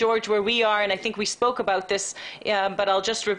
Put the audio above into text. ג'ורג' אני חושבת שדיברנו על זה אבל אחזור,